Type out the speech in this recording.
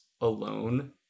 alone